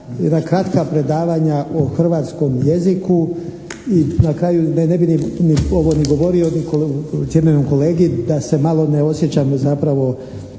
jedna kratka predavanja o hrvatskom jeziku. I na kraju ne bi ovo ni govorio cijenjenom kolegi da se malo ne osjećam zapravo